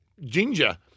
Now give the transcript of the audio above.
ginger